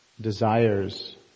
desires